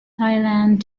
thailand